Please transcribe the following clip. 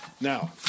Now